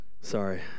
Sorry